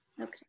Okay